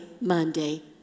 Monday